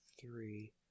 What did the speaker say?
Three